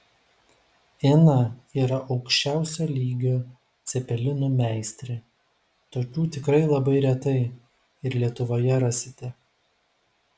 ina yra aukščiausio lygio cepelinų meistrė tokių tikrai labai retai ir lietuvoje rasite